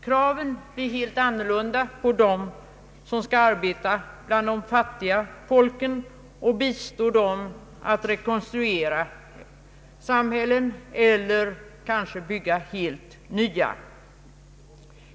Kraven blir helt annorlunda så snart de skall ar beta bland de fattiga folken och bistå dem att rekonstruera samhällen eller kanske bygga helt nya.